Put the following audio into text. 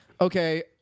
okay